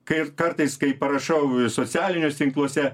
kaip kartais kai parašau socialiniuos tinkluose